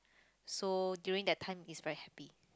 so during that time is very happy